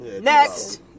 Next